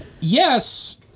Yes